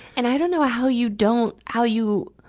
and i don't know how you don't, how you,